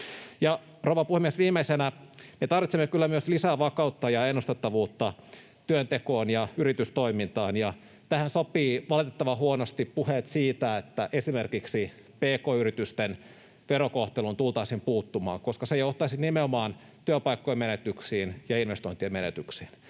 Rouva puhemies! Viimeisenä: me tarvitsemme kyllä myös lisää vakautta ja ennustettavuutta työntekoon ja yritystoimintaan, ja tähän sopivat valitettavan huonosti puheet siitä, että esimerkiksi pk-yritysten verokohteluun tultaisiin puuttumaan, koska se johtaisi nimenomaan työpaikkojen menetyksiin ja investointien menetyksiin.